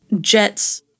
Jet's